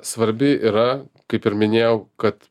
svarbi yra kaip ir minėjau kad